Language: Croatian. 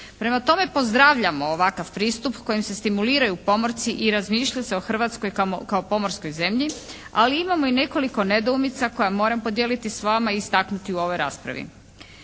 Prema tome pozdravljamo ovakav pristup kojim se stimuliraju pomorci i razmišlja se o Hrvatskoj kao pomorskoj zemlji. Ali imamo i nekoliko nedoumica koje moram podijeliti s vama i istaknuti u ovoj raspravi.